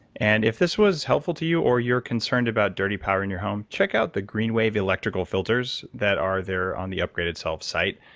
and if this was helpful to you or you're concerned about dirty power in your home, check out the greenwave electrical filters that are there on the upgradedself site.